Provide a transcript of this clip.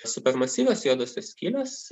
super masyvios juodosios skylės